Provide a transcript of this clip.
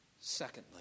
Secondly